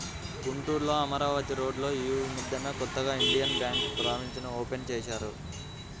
గుంటూరులో అమరావతి రోడ్డులో యీ మద్దెనే కొత్తగా ఇండియన్ బ్యేంకు బ్రాంచీని ఓపెన్ చేశారు